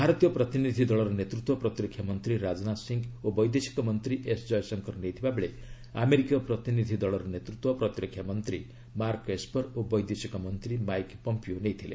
ଭାରତୀୟ ପ୍ରତିନିଧି ଦଳର ନେତୃତ୍ୱ ପ୍ରତିରକ୍ଷା ମନ୍ତ୍ରୀ ରାଜନାଥ ସିଂହ ଓ ବୈଦେଶିକ ମନ୍ତ୍ରୀ ଏସ୍ ଜୟଶଙ୍କର ନେଇଥିବା ବେଳେ ଆମେରିକୀୟ ପ୍ରତିନିଧି ଦଳର ନେତୃତ୍ୱ ପ୍ରତିରକ୍ଷା ମନ୍ତ୍ରୀ ମାର୍କ ଏସ୍ପର୍ ଓ ବୈଦେଶିକ ମନ୍ତ୍ରୀ ମାଇକ୍ ପମ୍ପିଓ ନେଇଥିଲେ